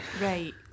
Right